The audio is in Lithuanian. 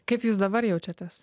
kaip jūs dabar jaučiatės